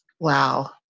Wow